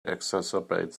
exacerbates